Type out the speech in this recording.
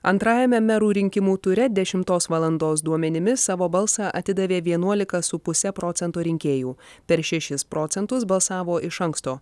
antrajame merų rinkimų ture dešimtos valandos duomenimis savo balsą atidavė vienuolika su puse procento rinkėjų per šešis procentus balsavo iš anksto